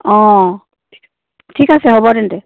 অ' ঠিক আছে হ'ব তেন্তে